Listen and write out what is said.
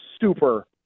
super